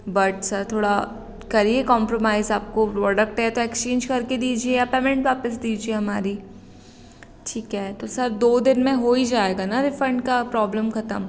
but sir थोड़ा करिए compromise आपको प्रोडक्ट है तो एक्सचेंज कर के दीजिए या पेमेंट वापस दीजिए हमारी ठीक है तो सर अब दो दिन में हो ही जाएगा ना रिफ़ँड का प्रॉब्लम ख़त्म